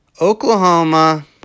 Oklahoma